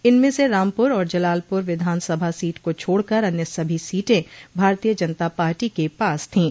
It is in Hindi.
इनमें से रामपुर और जलालपुर विधान सभा सीट को छोड़कर अन्य सभी सीटें भारतीय जनता पार्टी के पास थीं